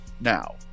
now